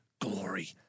glory